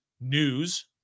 news